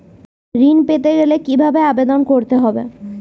ঋণ পেতে গেলে কিভাবে আবেদন করতে হবে?